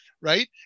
right